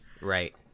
Right